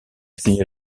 signé